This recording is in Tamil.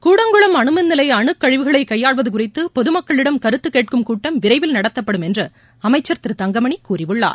கூடங்குளம் அனுமின் நிலைய அனுக்கழிவுகளை கையாள்வது குறித்து பொதுமக்களிடம் கருத்து கேட்கும் கூட்டம் விரைவில் நடத்தப்படும் என்று அமைச்சர் திரு தங்கமணி கூறியுள்ளார்